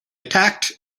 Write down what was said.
attacked